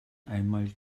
einmal